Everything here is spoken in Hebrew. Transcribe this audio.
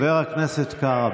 חבר הכנסת קארה,